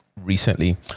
recently